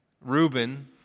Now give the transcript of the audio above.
Reuben